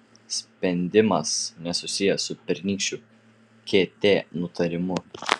spendimas nesusijęs su pernykščiu kt nutarimu